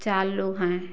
चार लोग हैं